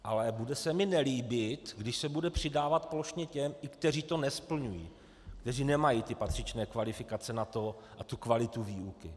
Ale bude se mi nelíbit, když se bude přidávat plošně i těm, kteří to nesplňují, kteří nemají ty patřičné kvalifikace na to a tu kvalitu výuky.